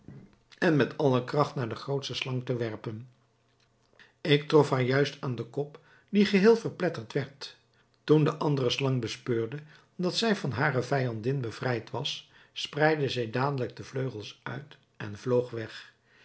en met alle kracht naar de grootste slang te werpen ik trof haar juist aan den kop die geheel verpletterd werd toen de andere slang bespeurde dat zij van hare vijandin bevrijd was spreidde zij dadelijk de vleugels uit en vloog weg